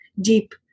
deep